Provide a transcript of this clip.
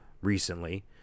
recently